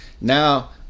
Now